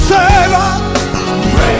Savior